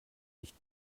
nicht